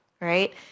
right